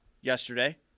yesterday